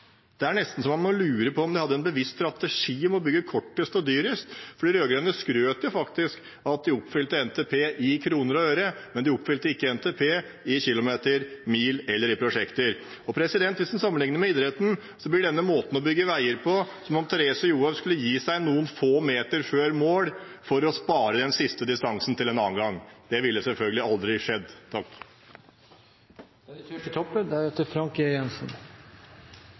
Det er nesten så man må lure på om de hadde en bevisst strategi om å bygge kortest og dyrest, for de rød-grønne skrøt faktisk av at de oppfylte NTP i kroner og øre, men de oppfylte ikke NTP i kilometer, mil eller prosjekter. Hvis en sammenligner med idretten, blir denne måten å bygge veier på som om Therese Johaug skulle gi seg noen få meter før mål for å spare den siste distansen til en annen gang. Det ville selvfølgelig aldri skjedd. Vedlikehaldet av fylkesvegnettet er